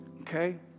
okay